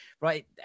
right